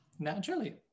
Naturally